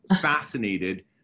fascinated